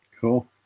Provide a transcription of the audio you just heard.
Cool